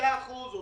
96% או